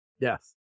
Yes